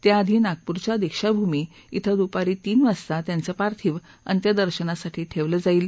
त्याआधी नागपूरच्या दीक्षाभूमी शिं दुपारी तीन वाजता त्यांचं पार्थिव अंत्यदर्शनासाठी ठेवलं जाईल